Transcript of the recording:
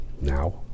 now